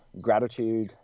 gratitude